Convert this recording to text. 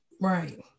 Right